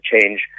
change